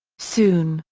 soon,